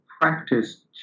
practice